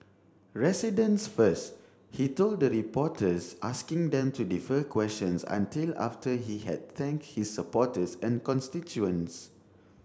residents first he told the reporters asking them to defer questions until after he had thanked his supporters and constituents